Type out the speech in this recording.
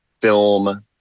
film